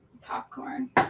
popcorn